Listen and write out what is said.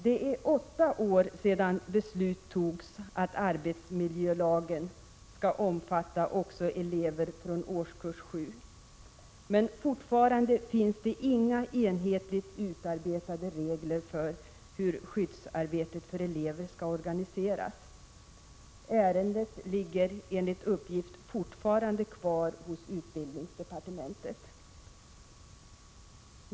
Det är åtta år sedan beslut fattades om att arbetsmiljölagen skall omfatta även elever fr.o.m. årskurs 7, men fortfarande finns det inga enhetligt utarbetade regler för hur skyddsarbetet för elever skall organiseras. Ärendet ligger enligt uppgift fortfarande kvar hos utbildningsdepartementet.